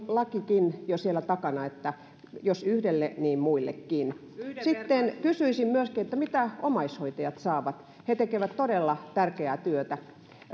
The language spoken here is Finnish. lakikin jo siellä takana että jos yhdelle niin muillekin sitten kysyisin myöskin mitä omaishoitajat saavat he tekevät todella tärkeää työtä